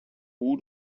who